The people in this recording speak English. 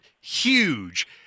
huge